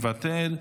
מוותר,